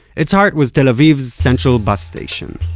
its heart was tel aviv's central bus station,